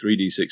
3D6